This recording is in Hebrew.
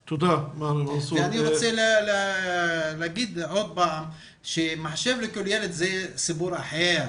אני רוצה לומר שוב שמחשב לכל ילד זה סיפור אחר.